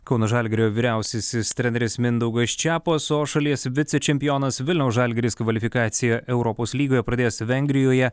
kauno žalgirio vyriausiasis treneris mindaugas čiapas o šalies vicečempionas vilniaus žalgiris kvalifikaciją europos lygoje pradės vengrijoje